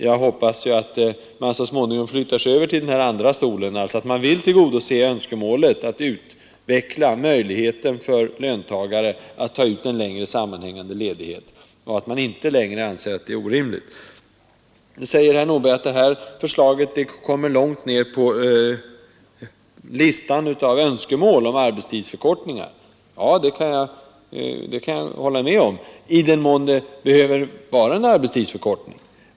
Jag hoppas att man så småningom flyttar över till den andra stolen, alltså att man vill tillgodose önskemålet att utveckla möjligheten för löntagare att ta ut en längre sammanhängande ledighet och att man inte längre anser att detta är orimligt. Nu säger herr Nordberg att detta förslag kommer långt ner på listan av önskemål om arbetstidsförkortningar. Ja, det kan jag hålla med om — i den mån det behöver ske en arbetstidsförkortning.